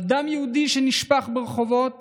על דם יהודי שנשפך ברחובות